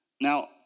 Now